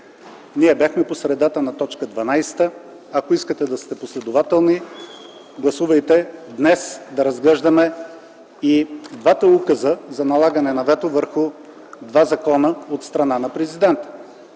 Ние бяхме по средата на т. 12. Ако искате да сте последователни, гласувайте днес да разглеждаме и двата указа за налагане на вето от страна на президента